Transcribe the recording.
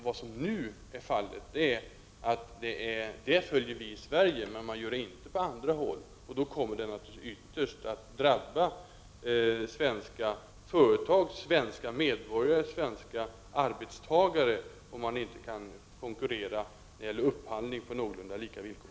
Vad som nu är fallet är att detta system följs i Sverige men inte på andra håll. Och det kommer naturligtvis ytterst att drabba svenska företag, svenska medborgare och svenska arbetstagare om vi när det gäller upphandling inte kan konkurrera på någorlunda lika villkor.